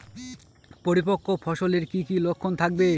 পরিপক্ক ফসলের কি কি লক্ষণ থাকবে?